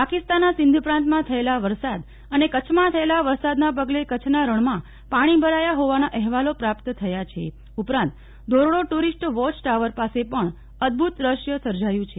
પાકિસ્તાનના સિંધ પ્રાંતમાં થયેલા વરસાદ અને કચ્છમાં થયેલા વરસાદને પગલે કચ્છના રણમાં પાણી ભરાયા હોવાના અહેવાલો પ્રાપ્ત થયા છે ઉપરાંત ધોરડો ટુરીસ્ટ વોચ ટાવર પાસે પણ અદ્વત દ્રશ્ય સર્જાયું છે